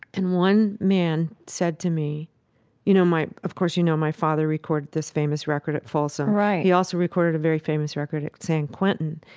and one man said to me you know, my of course, you know, my father recorded this famous record at folsom right he also recorded a very famous record at san quentin.